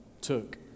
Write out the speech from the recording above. took